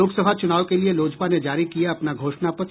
लोकसभा चुनाव के लिए लोजपा ने जारी किया अपना घोषणा पत्र